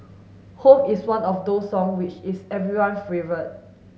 home is one of those song which is everyone favourite